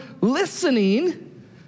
listening